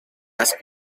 las